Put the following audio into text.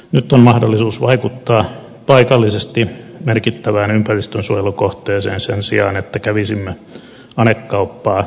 nyt on mahdollisuus vaikuttaa paikallisesti merkittävään ympäristönsuojelukohteeseen sen sijaan että kävisimme anekauppaa päästöoikeuksilla